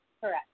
Correct